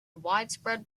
widespread